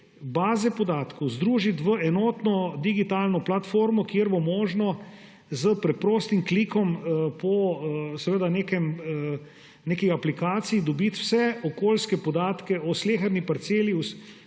baze podatkov združiti v enotno digitalno platformo, kjer bo možno s preprostim klikom v neki aplikaciji dobiti vse okoljske podatke o sleherni parceli